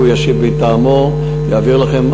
הוא ישיב מטעמו ויעביר לכם.